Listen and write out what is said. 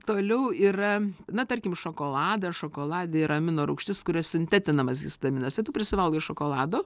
toliau yra na tarkim šokoladą šokolade yra amino rūgštis kurios sintetinamas histaminas ir prisivalgai šokolado